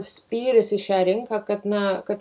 spyris į šią rinką kad na kad